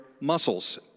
muscles